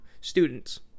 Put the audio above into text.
students